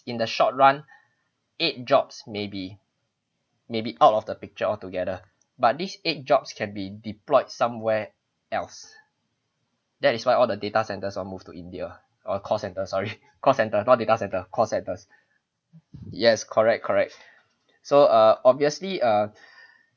in the short run eight jobs maybe maybe out of the picture altogether but this eight jobs can be deployed somewhere else that is where all the data centers all moved to india or call center sorry call center not data center call center yes correct correct so err obviously ah